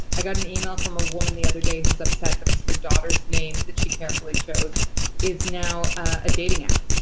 i got an email from a woman the other day who is upset because her daughter's name that she carefully chose is now a dating app,